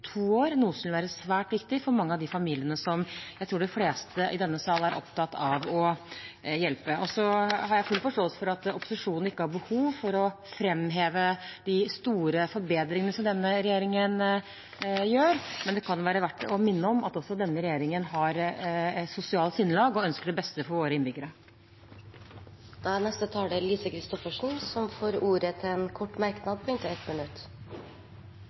to år, noe som vil være svært viktig for mange av de familiene som jeg tror de fleste i denne sal er opptatt av å hjelpe. Så har jeg full forståelse for at opposisjonen ikke har behov for å framheve de store forbedringene som denne regjeringen gjør, men det kan være verdt å minne om at også denne regjeringen har sosialt sinnelag og ønsker det beste for våre innbyggere. Representanten Lise Christoffersen har hatt ordet to ganger tidligere og får ordet til en kort merknad, begrenset til 1 minutt.